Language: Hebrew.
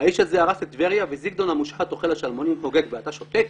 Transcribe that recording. "האיש הזה הרס את טבריה וזגדון המושחת אוכל השלמונים חוגג ואתה שותק.